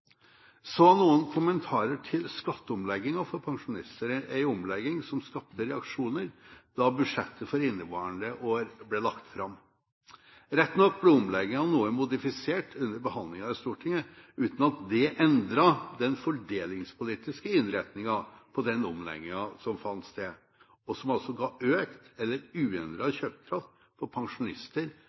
Så noen kommentarer til skatteomleggingen for pensjonister – en omlegging som skapte reaksjoner da budsjettet for inneværende år ble lagt fram. Rett nok ble omleggingen noe modifisert under behandlingen i Stortinget, uten at det endret den fordelingspolitiske innretningen på den omleggingen som fant sted, og som altså ga økt eller uendret kjøpekraft for pensjonister